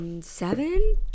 seven